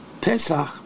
Pesach